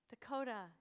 Dakota